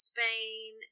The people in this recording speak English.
Spain